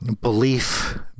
belief